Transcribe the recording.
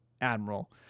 admiral